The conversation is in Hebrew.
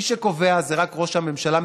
מי שקובע זה רק ראש הממשלה,